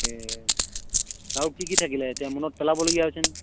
তাকে আৰু কি কি থাকিলে এতিয়া মনত পেলাবলগীয়া হৈছে নহয়